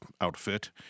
Outfit